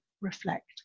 reflect